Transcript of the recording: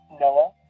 Noah